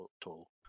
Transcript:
tool